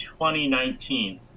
2019